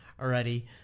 already